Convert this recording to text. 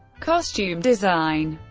costume design